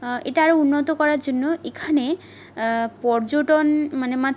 এটা আরও উন্নত করার জন্য এখানে পর্যটন মানে